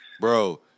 Bro